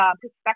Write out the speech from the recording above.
perspective